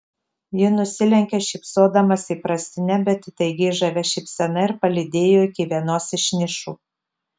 ji nusilenkė šypsodamasi įprastine bet įtaigiai žavia šypsena ir palydėjo iki vienos iš nišų